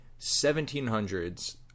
1700s